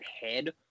head